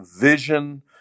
vision